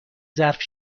ظرف